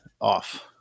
off